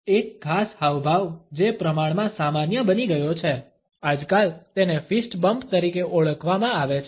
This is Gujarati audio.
એક ખાસ હાવભાવ જે પ્રમાણમાં સામાન્ય બની ગયો છે આજકાલ તેને ફિસ્ટ બમ્પ તરીકે ઓળખવામાં આવે છે